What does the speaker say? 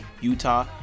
Utah